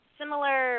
similar